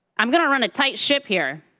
i'm going to run a tight ship here.